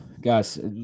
Guys